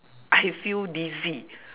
I feel dizzy